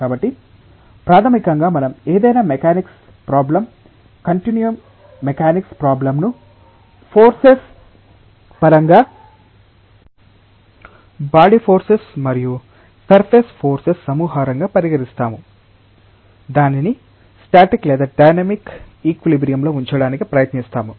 కాబట్టి ప్రాథమికంగా మనం ఏదైనా mechanics problem continuum mechanics problem ను ఫోర్సెస్ పరంగా బాడీ ఫోర్సెస్ మరియు సర్ఫేస్ ఫోర్సెస్ సమాహారంగా పరిగణిస్తాము దానిని స్టాటిక్ లేదా డైనమిక్ ఈక్విలిబ్రియం లో ఉంచడానికి ప్రయత్నిస్తాము